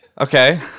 okay